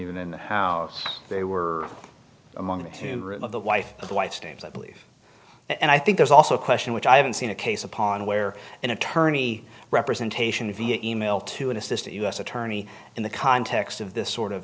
s in the house they were among the two of the wife of the wife's names i believe and i think there's also a question which i haven't seen a case upon where an attorney representation via e mail to an assistant u s attorney in the context of this sort of